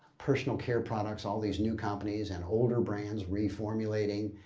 personal care products, all these new companies and older brands reformulating,